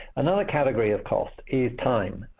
another category of cost is time.